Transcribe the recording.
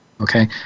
Okay